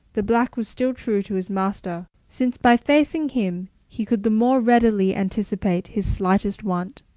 the black was still true to his master since by facing him he could the more readily anticipate his slightest want.